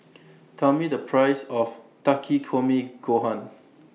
Tell Me The Price of Takikomi Gohan